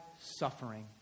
Suffering